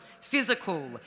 physical